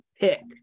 pick